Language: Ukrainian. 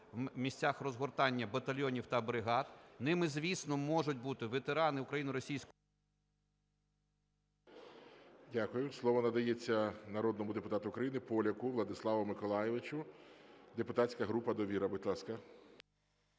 Дякую. Слово надається народному депутату України Поляку Владиславу Миколайовичу, депутатська група "Довіра". Будь ласка.